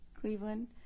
Cleveland